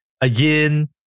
again